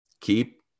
keep